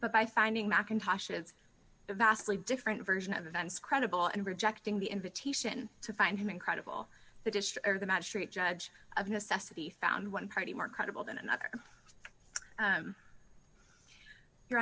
but by finding mackintoshes a vastly different version of events credible and rejecting the invitation to find him incredible the dish or the magistrate judge of necessity found one party more credible than another your